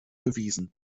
bewiesen